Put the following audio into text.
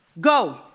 go